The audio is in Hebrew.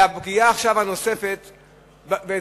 והפגיעה הנוספת עכשיו,